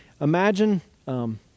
Imagine